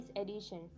edition